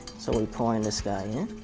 so we're pouring this guy in.